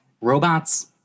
Robots